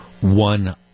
one